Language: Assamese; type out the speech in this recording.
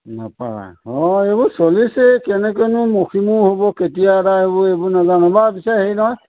নাপায় অঁ এইবোৰ চলিছেই কেনেকৈনো মষিমুৰ হ'ব কেতিয়া এটা এইবোৰ এইবোৰ নাজানো বাৰু পিছে হেৰি নহয়